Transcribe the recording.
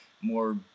more